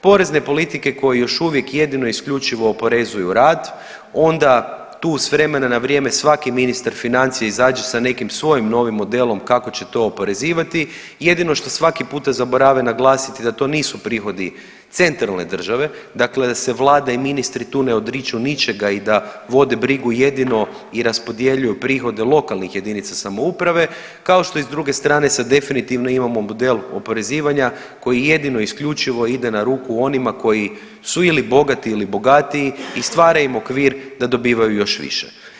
Porezne politike koje još uvijek i jedino isključivo oporezuju rad, onda tu s vremena na vrijeme svaki ministar financija izađe sa nekim svojim novim modelom kako će to oporezivati i jedino što svaki puta zaborave naglasiti da to nisu prihodi centralne države, dakle da se Vlada i ministri tu ne odriču ničega i da vode brigu jedino i raspodjeljuju prihode lokalnih jedinica samouprave, kao što iz druge strane, sad definitivno imamo model oporezivanja koji je jedino i isključivo ide na ruku onima koji su ili bogati ili bogatiji i stvara im okvir da dobivaju još više.